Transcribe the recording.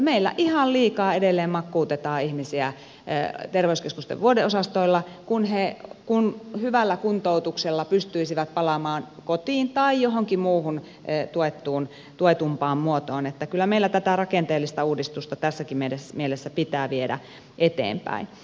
meillä ihan liikaa edelleen makuutetaan ihmisiä terveyskeskusten vuodeosastoilla kun he hyvällä kuntoutuksella pystyisivät palaamaan kotiin tai johonkin muuhun tuetumpaan muotoon niin että kyllä meillä tätä rakenteellista uudistusta tässäkin mielessä pitää viedä eteenpäin